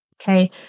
Okay